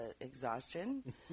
exhaustion